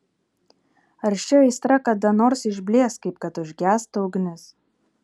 ar ši aistra kada nors išblės kaip kad užgęsta ugnis